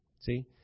See